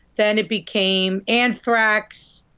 then it became anthrax,